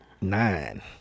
nine